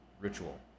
ritual